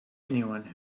anyone